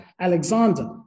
Alexander